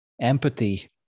empathy